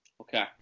Okay